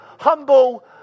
humble